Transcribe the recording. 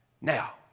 Now